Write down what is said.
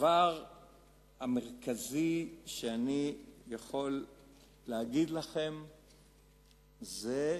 הדבר המרכזי שאני יכול להגיד לכם זה: